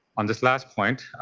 on this last point,